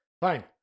Fine